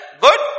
Good